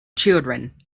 children